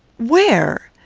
where?